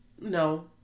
no